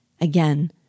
Again